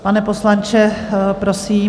Pane poslanče, prosím.